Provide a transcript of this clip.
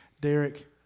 Derek